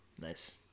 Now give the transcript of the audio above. nice